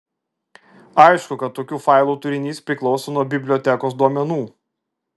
aišku kad tokių failų turinys priklauso nuo bibliotekos duomenų